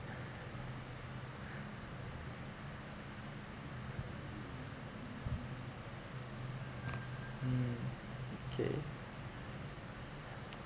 mm okay